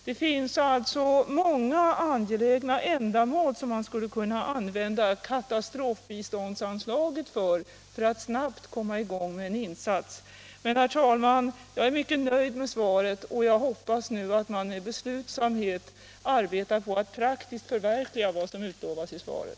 Det finns alltså många angelägna ändamål man skulle kunna använda katastrofbiståndsanslaget till för att snabbt komma i gång med en insats. Herr talman! Jag är mycket nöjd med svaret, och jag hoppas att man nu med beslutsamhet arbetar på att praktiskt förverkliga vad som utlovas i svaret.